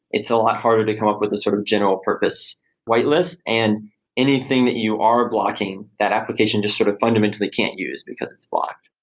it's a lot harder to come up with a sort of general purpose white list. and anything that you are blocking, that application just sort of fundamentally can't use because it's blocked.